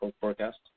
forecast